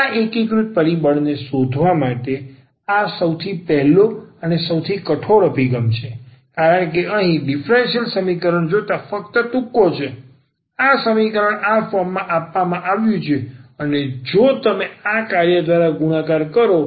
આ એકીકૃત પરિબળને શોધવા માટે આ સૌથી સહેલો અને સૌથી કઠોર અભિગમ છે કારણ કે અહીં ડીફરન્સીયલ સમીકરણ જોતા ફક્ત તુક્કો છે આ સમીકરણ આ ફોર્મમાં આપવામાં આવ્યું છે અને જો તમે આ કાર્ય દ્વારા ગુણાકાર કરો